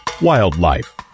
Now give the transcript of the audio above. Wildlife